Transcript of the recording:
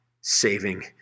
saving